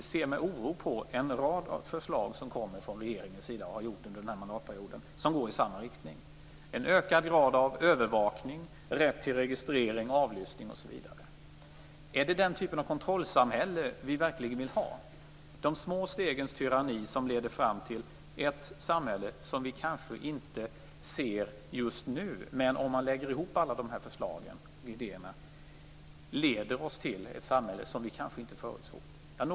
Vi ser med oro på en rad förslag som har kommit från regeringens sida under denna mandatperiod och som har gått i samma riktning - en ökad grad av övervakning, rätt till registrering och avlyssning osv. Är det den typen av kontrollsamhälle vi verkligen vill ha, dvs. de små stegens tyranni som leder fram till ett samhälle som vi kanske inte ser just nu? Men om förslagen och idéerna läggs ihop kan de leda oss till ett samhälle som vi inte har förutsett.